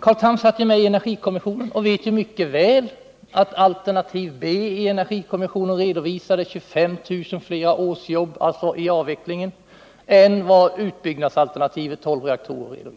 Carl Tham satt ju med i energikommissionen och vet därför mycket väl att energikommissionens alternativ B redovisade 25 000 fler årsjobb vid en avveckling av kärnkraften än utbyggnadsalternativet med tolv reaktorer.